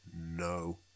No